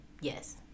Yes